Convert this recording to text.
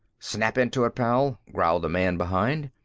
snap into it, pal, growled the man behind.